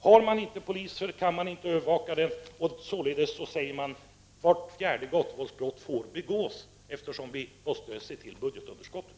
Har man inte poliser kan den inte övervakas, och då säger man således: Vart fjärde gatuvåldsbrott får begås, eftersom vi måste se till budgetunderskottet.